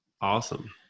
awesome